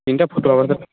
ତିନ୍ଟା ଫଟୋ ହେବାର୍ ଥିଲା